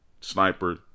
sniper